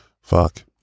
fuck